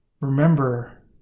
remember